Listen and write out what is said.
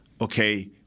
okay